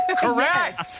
Correct